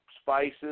spices